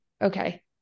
Okay